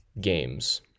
games